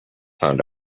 found